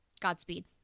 Godspeed